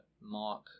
Mark